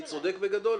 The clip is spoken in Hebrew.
אני צודק בגדול?